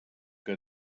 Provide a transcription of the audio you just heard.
que